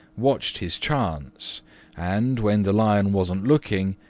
watched his chance and, when the lion wasn't looking,